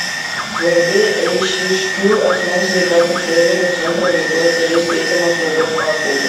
svarbi eišiškių asmens sveikatos priežiūros centro veiklos dalis teikiamos slaugos paslaugos